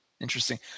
Interesting